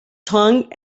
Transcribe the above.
tongue